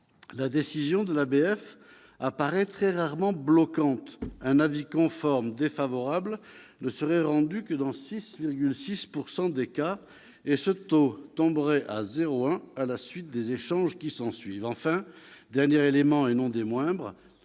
La décision de l'ABF apparaît très rarement bloquante : un avis conforme défavorable ne serait rendu que dans 6,6 % des cas ; ce taux tomberait même à 0,1 % à la suite des échanges qui s'ensuivent. Enfin, dernier élément et non des moindres,